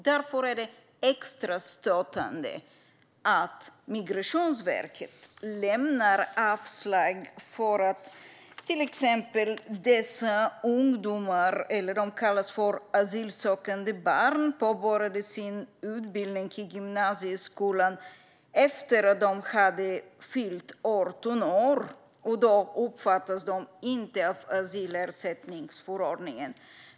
Därför är det extra stötande att Migrationsverket lämnar avslag till exempel för att dessa asylsökande barn, som de kallas, påbörjade sin utbildning i gymnasieskolan efter att de hade fyllt 18 år. Då omfattas de inte av asylersättningsförordningen.